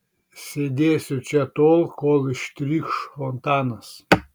sėdėsiu čia tol kol ištrykš fontanas